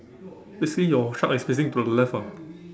basically your shark is facing to the left ah